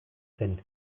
zen